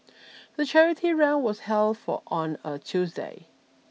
the charity run was held on a Tuesday